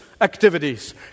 activities